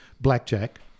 blackjack